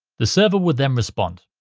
the server would then respond.